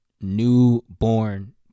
newborn